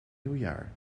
nieuwjaar